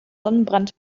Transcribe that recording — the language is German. sonnenbrand